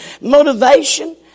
motivation